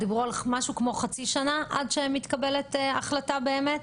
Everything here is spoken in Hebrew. דיברו על משהו כמו חצי שנה עד שמתקבלת החלטה באמת?